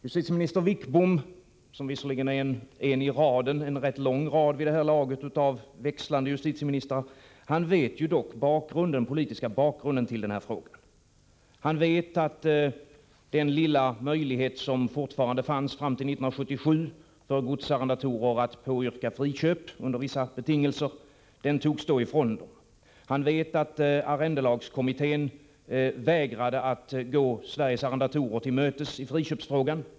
Justitieminister Wickbom, som visserligen är en i raden — en rätt lång rad vid det här laget - av växlande justitieministrar, vet dock den politiska bakgrunden till denna fråga. Han vet att den lilla möjlighet som fortfarande fanns fram till 1977 för godsarrendatorer att under vissa betingelser påyrka friköp, den togs ifrån dem. Han vet att arrendelagskommittén vägrade gå Sveriges arrendatorer till mötes i friköpsfrågan.